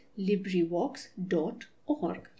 LibriVox.org